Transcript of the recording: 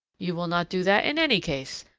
you will not do that in any case.